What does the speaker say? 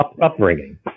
upbringing